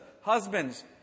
Husbands